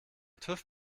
tüv